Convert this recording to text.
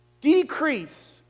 decrease